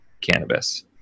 cannabis